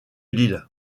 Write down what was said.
l’île